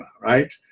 right